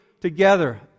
together